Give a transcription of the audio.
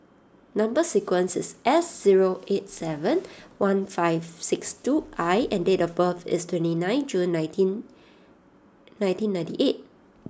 number sequence is S zero eight seven one five six two I and date of birth is twenty nine June nineteen nineteen ninety eight